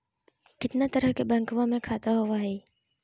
कितना तरह के बैंकवा में खाता होव हई?